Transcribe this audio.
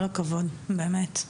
כל הכבוד, באמת.